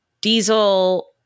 diesel